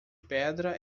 pedra